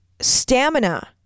Stamina